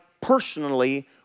personally